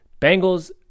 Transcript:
Bengals